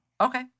okay